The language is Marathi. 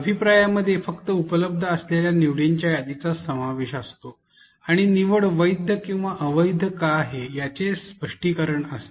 अभिप्राया मध्ये फक्त उपलब्ध असलेल्या निवडींच्या यादीचाच समावेश असतो आणि निवड वैध किंवा अवैध का आहे याचे स्पष्टीकरण असते